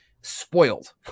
spoiled